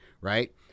right